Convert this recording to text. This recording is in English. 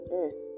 earth